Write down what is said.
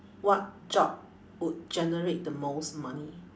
what job would generate the most money